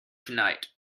tonight